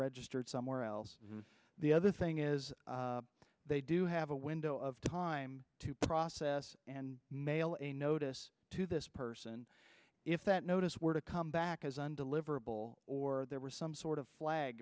registered somewhere else and the other thing is they do have a window of time to process and mail a notice to this person if that notice were to come back as undeliverable or there were some sort of flag